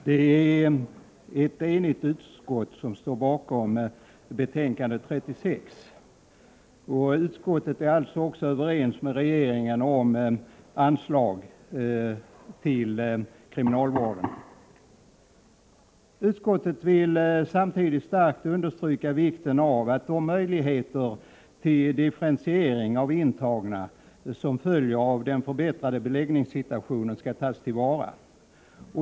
Herr talman! Ett enigt utskott står bakom betänkande 36. Utskottet är alltså överens med regeringen om anslaget till kriminalvården. Samtidigt vill utskottet starkt understryka vikten av att de möjligheter till differentiering av intagna som följer av den förbättrade beläggningssituationen tas till vara.